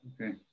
Okay